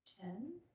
Ten